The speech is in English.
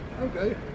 okay